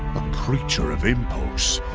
creature of impulse,